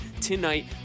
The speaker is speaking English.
tonight